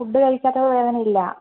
food കഴിക്കാത്തപ്പം വേദനയില്ല